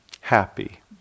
happy